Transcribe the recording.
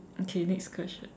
okay next question